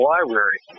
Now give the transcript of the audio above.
Library